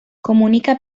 comunica